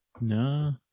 No